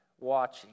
watching